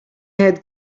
had